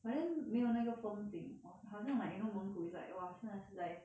but then 没有那个风景 !wah! 好像 you know like 蒙古 is like !wah! 真的是 like